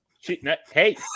Hey